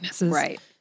Right